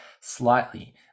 slightly